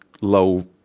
low